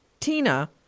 Tina